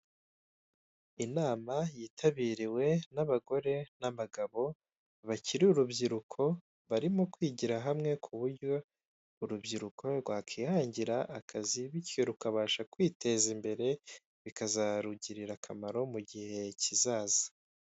Inama yitabiriwe n'abagore n'abagabo bakiri urubyiruko barimo kwigira hamwe ku buryo urubyiruko rwakwihangira akazi bityo rukabasha kwiteza imbere bikazarugirira akamaro mu gihe kizaza.